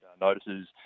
notices